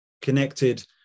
connected